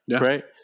right